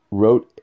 wrote